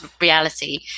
reality